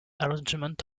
arrangements